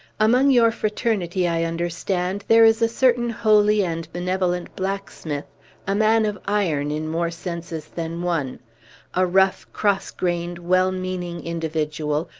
among your fraternity, i understand, there is a certain holy and benevolent blacksmith a man of iron, in more senses than one a rough, cross-grained, well-meaning individual,